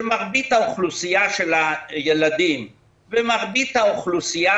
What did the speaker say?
שמרבית אוכלוסיית הילדים ומרבית האוכלוסייה